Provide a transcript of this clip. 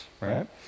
Right